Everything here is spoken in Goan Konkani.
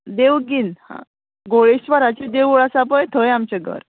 देवगीन गोळेश्वराची देवूळ आसा पळय थंय आमचें घर